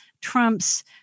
Trump's